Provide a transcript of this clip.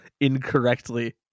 incorrectly